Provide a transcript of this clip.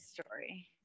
story